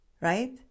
right